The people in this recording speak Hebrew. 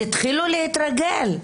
תתחילו להתרגל,